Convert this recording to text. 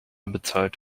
bezahlt